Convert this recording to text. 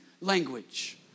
language